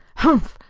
humph!